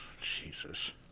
Jesus